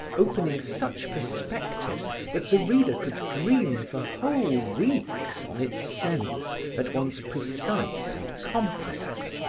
opening such perspectives that the reader could dream for whole weeks on its sense at once precise and complex,